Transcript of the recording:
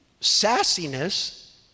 sassiness